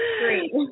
Great